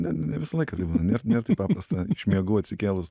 ne ne visą laiką taip būna nėr nėr taip paprasta iš miegų atsikėlus